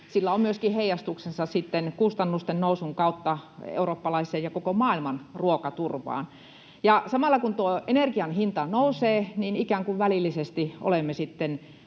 sillä on heijastuksensa sitten kustannusten nousun kautta myöskin eurooppalaiseen ja koko maailman ruokaturvaan. Ja samalla kun tuo energian hinta nousee, niin ikään kuin välillisesti olemme